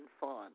fun